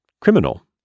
criminal